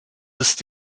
ist